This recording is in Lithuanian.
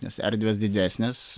nes erdvės didesnės